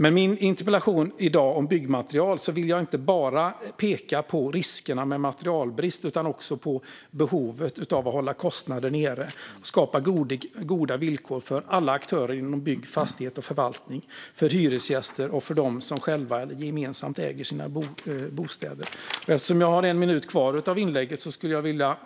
Med min interpellation i dag om byggmaterial vill jag inte enbart peka på riskerna med materialbrist utan också på behovet av att hålla kostnader nere och skapa goda villkor för alla aktörer inom bygg, fastighet och förvaltning och för hyresgäster och de som själva eller gemensamt äger sina bostäder. Eftersom jag har en minut kvar av min talartid skulle jag vilja